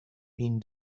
been